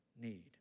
need